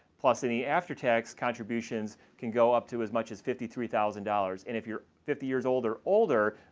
plus any after tax contributions can go up to as much as fifty three thousand dollars. and if you're fifty years old or older,